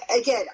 again